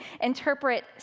interpret